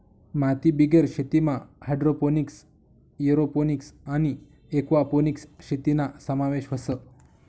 मातीबिगेर शेतीमा hydroponics, aeroponics आणि एक्वापोनिक्स शेतीना समावेश व्हस